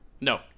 No